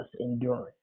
endurance